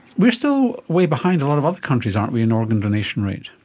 we are still way behind a lot of other countries, aren't we, in organ donation rate.